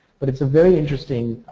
but it's a very interesting